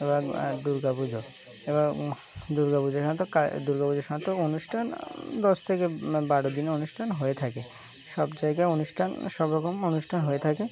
দুর্গা পুজো এ দুর্গা পূজোর সাত দুর্গা পুজোর সাত অনুষ্ঠান দশ থেকে বারো দিনে অনুষ্ঠান হয়ে থাকে সব জায়গায় অনুষ্ঠান সব রকম অনুষ্ঠান হয়ে থাকে